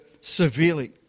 severely